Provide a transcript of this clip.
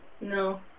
No